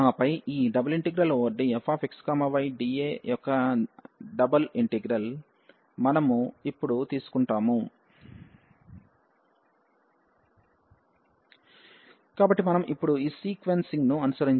ఆపై ఈ ∬DfxydAయొక్క డబుల్ ఇంటిగ్రల్ మనము ఇప్పుడు తీసుకుంటాము కాబట్టి మనం ఇప్పుడు ఈ సీక్వెన్సింగ్ ను అనుసరించాలి